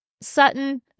Sutton